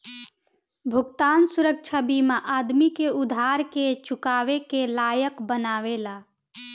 भुगतान सुरक्षा बीमा आदमी के उधार के चुकावे के लायक बनावेला